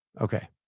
Okay